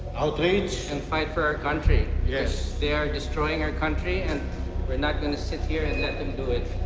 outrage. and fight for our country. yes. cause they are destroying our country and we're not going to sit here and let them do it.